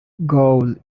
gould